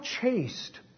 chaste